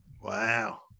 Wow